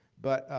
but